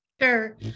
Sure